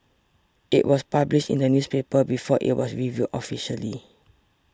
it was published in the newspaper before it was revealed officially